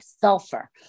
Sulfur